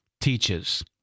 teaches